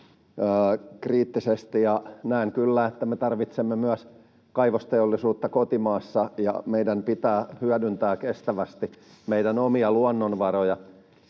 kriittisesti. Näen kyllä, että me tarvitsemme myös kaivosteollisuutta kotimaassa ja meidän pitää hyödyntää kestävästi meidän omia luonnonvaroja.